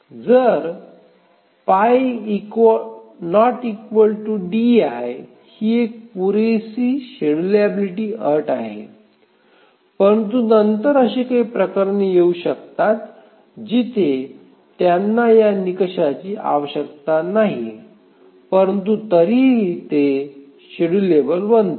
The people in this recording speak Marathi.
जर pi ≠ di ही एक पुरेशी शेड्यूलिबिलिटी अट आहे परंतु नंतर अशी काही प्रकरणे येऊ शकतात जिथे त्यांना या निकषाची आवश्यकता नाही परंतु तरीही ते शेड्युलेबल बनते